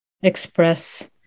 express